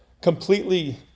completely